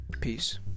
Peace